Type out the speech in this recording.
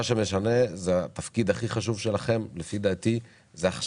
מה שמשנה זה לפי דעתי התפקיד הכי חשוב שלכם והוא עכשיו